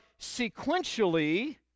sequentially